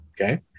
okay